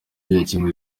yakemuye